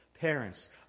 Parents